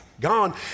gone